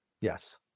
Yes